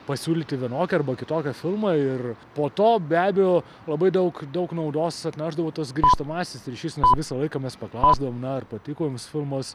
pasiūlyti vienokį arba kitokį filmą ir po to be abejo labai daug daug naudos atnešdavo tas grįžtamasis ryšys nes visą laiką mes paklausdavom na ar patiko jums filmas